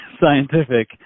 scientific